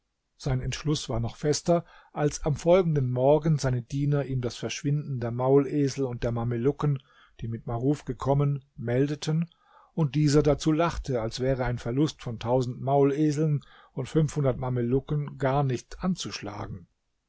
sein entschluß war noch fester als am folgenden morgen seine diener ihm das verschwinden der maulesel und der mamelucken die mit maruf gekommen meldeten und dieser dazu lachte als wäre ein verlust von tausend mauleseln und fünfhundert mamelucken gar nicht anzuschlagen